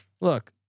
Look